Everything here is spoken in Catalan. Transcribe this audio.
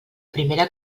primera